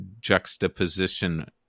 juxtaposition